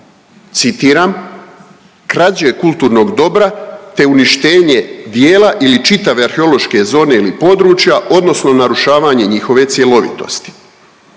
citiram: „krađe kulturnog dobra, te uništenje dijela ili čitave arheološke zone ili područja, odnosno narušavanje njihove cjelovitosti.“